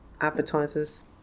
advertisers